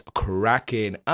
cracking